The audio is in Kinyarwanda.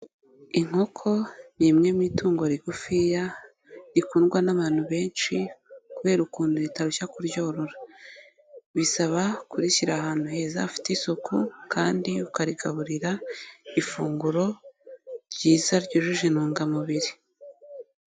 Inkoko ni imwe mu itungo rigufiya, rikundwa n'abantu benshi kubera ukuntu ritarushya kuryorora, bisaba kurishyira ahantu heza hafite isuku kandi ukarigaburira ifunguro ryiza ryujuje intungamubiri.